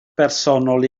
bersonol